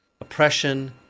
oppression